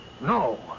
no